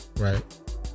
Right